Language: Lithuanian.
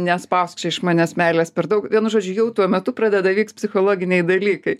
nespausk čia iš manęs meilės per daug vienu žodžiu jau tuo metu pradeda įvykt psichologiniai dalykai